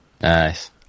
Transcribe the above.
Nice